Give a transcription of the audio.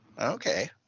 okay